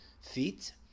feet